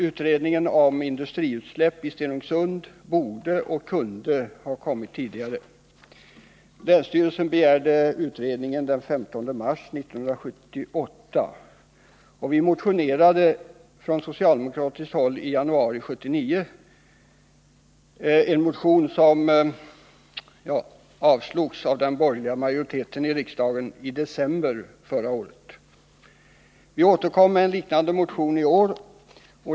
Utredningen om industriutsläpp i Stenungsund borde och kunde ha kommit tidigare. Länsstyrelsen begärde utredningen den 15 mars 1978. Från socialdemokratiskt håll väckte vi en motion i ärendet redan i januari 1979, en motion som avslogs av den borgerliga majoriteten i riksdagen i december förra året. Vi återkom med en liknande motion i år.